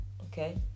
Okay